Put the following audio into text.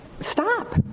stop